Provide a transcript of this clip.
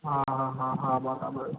હા હા હા હા બરાબર